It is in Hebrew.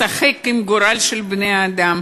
לשחק בגורל של בני-אדם.